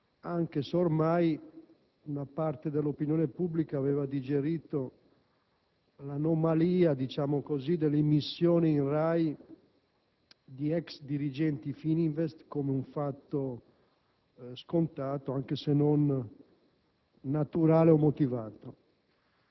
anche se ormai una parte dell'opinione pubblica aveva digerito l'anomalia delle immissioni in RAI di ex dirigenti Fininvest come un fatto scontato, anche se non naturale o motivato.